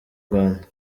rwanda